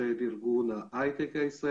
ההסבר